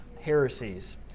heresies